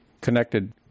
connected